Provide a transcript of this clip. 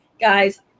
guys